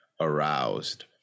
aroused